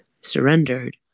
surrendered